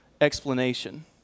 explanation